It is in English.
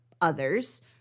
others